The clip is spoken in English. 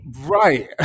right